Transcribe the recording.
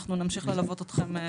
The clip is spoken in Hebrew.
אנחנו נמשיך ללוות אתכם.